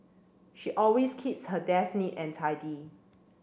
she always keeps her desk neat and tidy